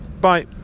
bye